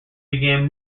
began